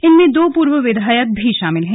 इनमें दो पूर्व विधायक भी शामिल हैं